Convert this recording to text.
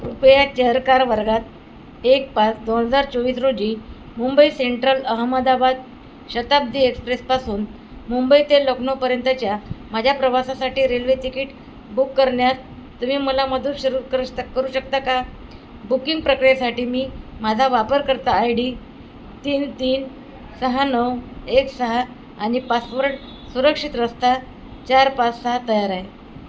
कृपया चेहरकार वर्गात एक पाच दोन हजार चोवीस रोजी मुंबई सेंट्रल अहमदाबाद शताब्दी एक्सप्रेसपासून मुंबई ते लखनौपर्यंतच्या माझ्या प्रवासासाठी रेल्वे तिकीट बुक करण्यात तुम्ही मला मधूर शिरू करू शकता का बुकिंग प्रक्रियेसाठी मी माझा वापरकर्ता आय डी तीन तीन सहा नऊ एक सहा आणि पासवर्ड सुरक्षित रस्ता चार पाच सहा तयार आहे